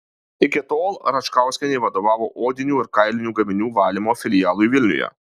iki tol račkauskienė vadovavo odinių ir kailinių gaminių valymo filialui vilniuje